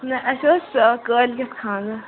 نہ اَسہِ اوس کٲلۍ کٮ۪تھ خاندَر